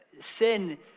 Sin